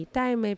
time